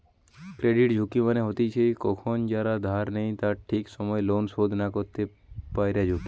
credit ঝুঁকি মানে হতিছে কখন যারা ধার নেই তারা ঠিক সময় লোন শোধ না করতে পায়ারঝুঁকি